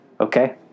okay